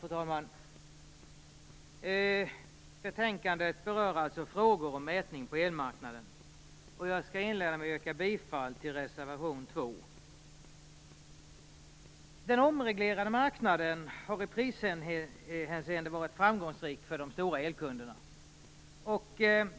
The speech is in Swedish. Fru talman! Betänkandet berör alltså frågor om mätning på elmarknaden. Jag skall inleda med att yrka bifall till reservation 2. Den omreglerade marknaden har i prishänseende varit framgångsrik för de stora elkunderna.